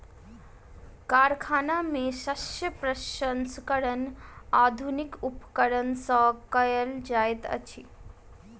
कारखाना में शस्य प्रसंस्करण आधुनिक उपकरण सॅ कयल जाइत अछि